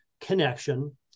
connection